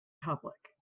public